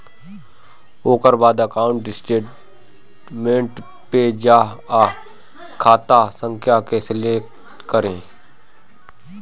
ओकरा बाद account statement पे जा आ खाता संख्या के सलेक्ट करे